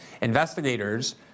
investigators